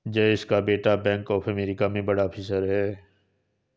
जयेश का बेटा Bank of America में बड़ा ऑफिसर है